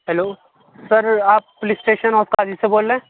hello sir آپ police station of Qazi سے بول رہے ہیں